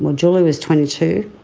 um julie was twenty two,